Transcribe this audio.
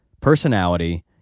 personality